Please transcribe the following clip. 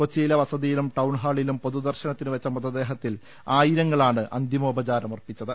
കൊച്ചിയിലെ വസതിയിലും ടൌൺ ഹാളിലും പൊതു ദർശനത്തിന് വെച്ച മൃതദേഹത്തിൽ ആയിരങ്ങളാണ് അന്തിമോപചാ രമർപ്പിച്ചത്